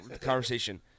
conversation